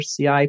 CI